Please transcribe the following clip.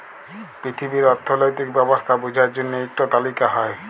পিথিবীর অথ্থলৈতিক ব্যবস্থা বুঝার জ্যনহে ইকট তালিকা হ্যয়